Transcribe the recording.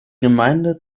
gemeinde